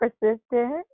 persistent